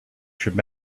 should